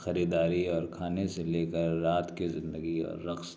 خریداری اور کھانے سے لے کر رات کے زندگی اور رقص تک